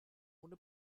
ohne